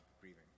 grieving